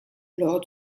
lors